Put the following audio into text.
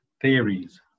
theories